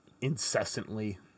incessantly